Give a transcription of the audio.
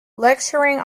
lecturing